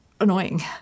annoying